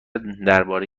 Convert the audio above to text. درباره